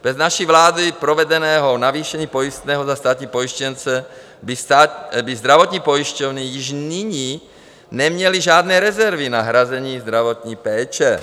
Bez naší vládou provedeného navýšení pojistného za státní pojištěnce by zdravotní pojišťovny již nyní neměly žádné rezervy na hrazení zdravotní péče.